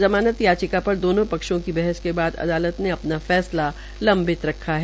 जमानत याचिका पर दोनों पक्षों की बहस के बाद अदालत ने अपना फैसला लंबित रखा है